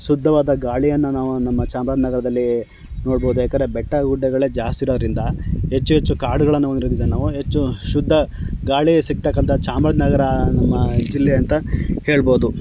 ಶುದ್ಧವಾದ ಗಾಳಿಯನ್ನು ನಾವು ನಮ್ಮ ಚಾಮರಾಜನಗರದಲ್ಲಿ ನೋಡ್ಬೋದು ಯಾಕೆಂದ್ರೆ ಬೆಟ್ಟ ಗುಡ್ಡಗಳೇ ಜಾಸ್ತಿ ಇರೋದರಿಂದ ಹೆಚ್ಚು ಹೆಚ್ಚು ಕಾಡುಗಳನ್ನು ಒಂದಿರೋದರಿಂದ ನಾವು ಹೆಚ್ಚು ಶುದ್ಧ ಗಾಳಿ ಸಿಕ್ತಕ್ಕಂಥ ಚಾಮರಾಜನಗರ ನಮ್ಮ ಜಿಲ್ಲೆ ಅಂತ ಹೇಳ್ಬೋದು